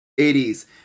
80s